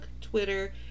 Twitter